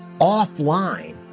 offline